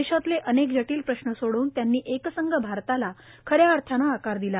देशातले अनेक जटील प्रश्न सोडवून त्यांनी एकसंध भारताला खऱ्या अर्थानं आकार दिला